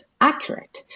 accurate